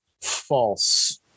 False